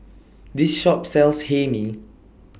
This Shop sells Hae Mee